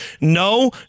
no